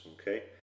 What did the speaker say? okay